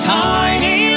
tiny